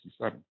1967